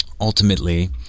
ultimately